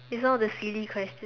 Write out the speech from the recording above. it's all the silly question